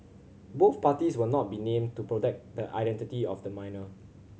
both parties will not be named to protect the identity of the minor